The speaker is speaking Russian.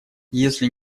если